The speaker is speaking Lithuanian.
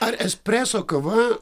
ar espreso kava